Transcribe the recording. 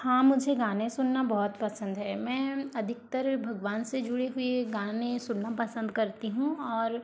हाँ मुझे गाने सुनना बहुत पसंद है मैं अधिकतर भगवान से जुड़े हुए गाने सुनना पसंद करती हूँ और